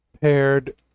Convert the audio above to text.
paired